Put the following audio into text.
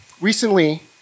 Recently